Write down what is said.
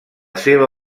seva